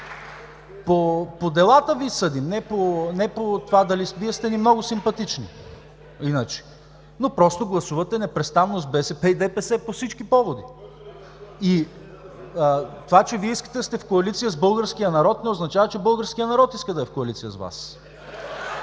по делата Ви съдим, не по това дали... Вие сте ни много симпатични иначе, но просто гласувате непрестанно с БСП и ДПС по всички поводи. Това, че Вие искате да сте в коалиция с българския народ не означава, че българският народ иска да е в коалиция с Вас.